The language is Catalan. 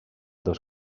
dos